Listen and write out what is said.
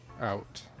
Out